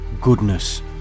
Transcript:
Goodness